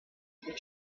and